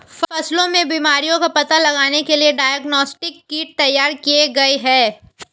फसलों में बीमारियों का पता लगाने के लिए डायग्नोस्टिक किट तैयार किए गए हैं